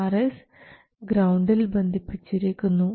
Rs ഗ്രൌണ്ടിന് ബന്ധിപ്പിച്ചിരിക്കുന്നു